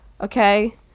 okay